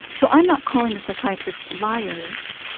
so i'm not calling the psychiatrists liars,